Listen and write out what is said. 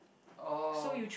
oh